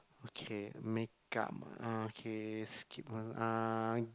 okay make up ah okay skip one